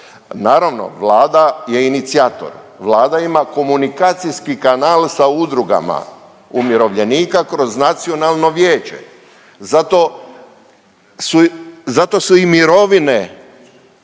Naravno, Vlada je inicijator, Vlada ima komunikacijski kanal sa udrugama umirovljenika kroz nacionalno vijeće, zato su, zato